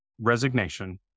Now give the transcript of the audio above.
resignation